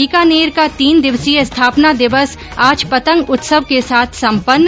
बीकानेर का तीन दिवसीय स्थापना दिवस आज पतंग उत्सव के साथ सम्पन्न